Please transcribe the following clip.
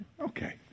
Okay